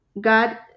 God